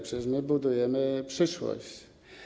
Przecież my budujemy przyszłość.